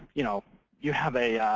you know you have a